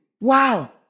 Wow